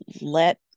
let